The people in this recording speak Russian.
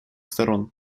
сторон